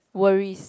worries